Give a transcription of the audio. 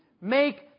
make